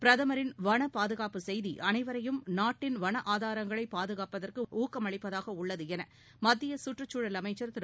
பிரதமரின் வனபாதுகாப்பு செய்தி அனைவரையும் நாட்டின் வன ஆதாரங்களைப் பாதுகாப்பதற்கு ஊக்கமளிப்பதாக உள்ளதாக மத்திய சுற்றுச் சூழல் அமைச்சர் திரு